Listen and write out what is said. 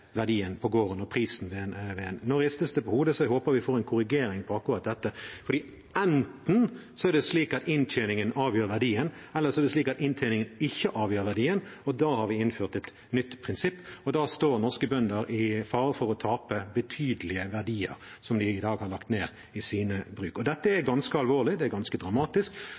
på hodet, så jeg håper vi får en korrigering på akkurat dette. For enten er det slik at inntjeningen avgjør verdien, eller så er det slik at inntjeningen ikke avgjør verdien – og da har vi innført et nytt prinsipp. Da står norske bønder i fare for å tape betydelige verdier som de i dag har lagt ned i sine bruk. Dette er ganske alvorlig, det er ganske dramatisk,